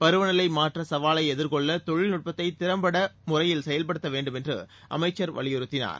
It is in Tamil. பருவநிலை மாற்ற சவாலை எதிர்கொள்ள தொழில்நட்பத்தை திறம்பட்ட முறையில் பயன்படுத்த வேண்டும் என்றும் அமைச்சர் வலியுறுத்தினார்